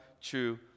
true